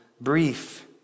brief